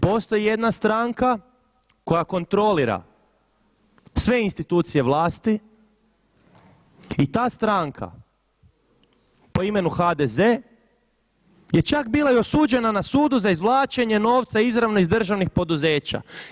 Postoji jedna stranka koja kontrolira sve institucije vlasti i ta stranka po imenu HDZ je čak bila i osuđena na sudu za izvlačenje novca izravno iz državnih poduzeća.